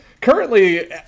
currently